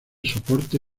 soporte